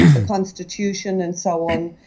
the constitution and so on.